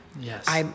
Yes